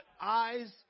eyes